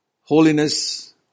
Holiness